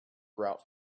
grout